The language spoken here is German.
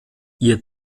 ihr